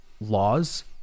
laws